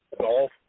Golf